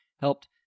helped